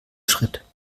schritt